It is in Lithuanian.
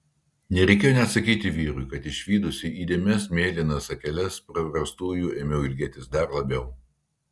nereikėjo net sakyti vyrui kad išvydusi įdėmias mėlynas akeles prarastųjų ėmiau ilgėtis dar labiau